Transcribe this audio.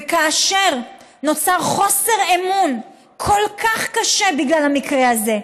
וכאשר נוצר חוסר אמון כל כך קשה, בגלל המקרה הזה,